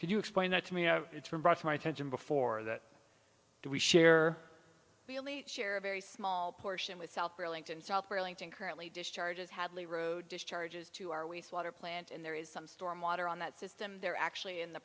can you explain that to me you know it's been brought to my attention before that we share we only share a very small portion with south burlington south burlington currently discharges hadley road discharges to our wastewater plant and there is some storm water on that system they're actually in the